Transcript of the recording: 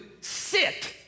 sit